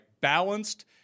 balanced